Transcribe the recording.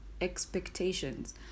expectations